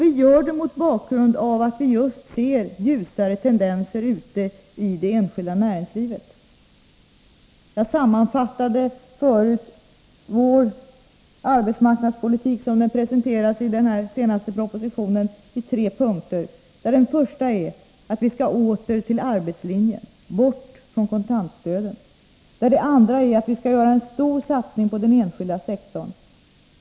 Vi har gjort detta mot bakgrund av att vi ser ljusare tendenser ute i det enskilda näringslivet. Jag sammanfattade förut vår arbetsmarknadspolitik, som den presenterades i den senaste propositionen, i tre punkter. För det första skall vi tillbaka till arbetslinjen, bort från kontantstöden. För det andra skall vi göra en stor satsning på den enskilda sektorn.